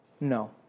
No